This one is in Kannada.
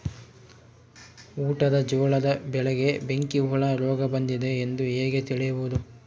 ಊಟದ ಜೋಳದ ಬೆಳೆಗೆ ಬೆಂಕಿ ಹುಳ ರೋಗ ಬಂದಿದೆ ಎಂದು ಹೇಗೆ ತಿಳಿಯುವುದು?